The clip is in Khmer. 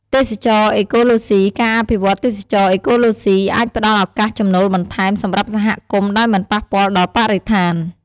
ទេសចរណ៍អេកូឡូស៊ី ការអភិវឌ្ឍន៍ទេសចរណ៍អេកូឡូស៊ី អាចផ្តល់ឱកាសចំណូលបន្ថែមសម្រាប់សហគមន៍ ដោយមិនប៉ះពាល់ដល់បរិស្ថាន។